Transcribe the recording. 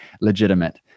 legitimate